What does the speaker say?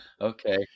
Okay